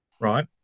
Right